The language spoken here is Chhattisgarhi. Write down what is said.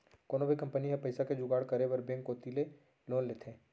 कोनो भी कंपनी ह पइसा के जुगाड़ करे बर बेंक कोती ले लोन लेथे